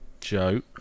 Joe